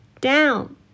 Down